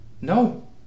No